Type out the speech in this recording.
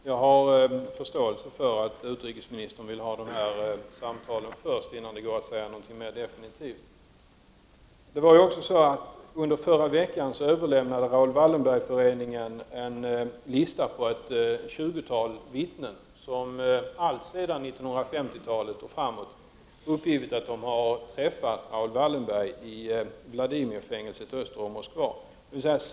Fru talman! Jag har förståelse för att utrikesministern vill ha dessa samtal först, innan det går att säga någonting mer definitivt. Under förra veckan överlämnade Raoul Wallenberg-föreningen en lista på ett tjugotal vittnen som alltsedan 1950-talet och framåt uppgivit att de har träffat Raoul Wallenberg i Vladimirfängelset öster om Moskva.